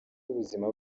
ubuzima